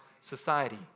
society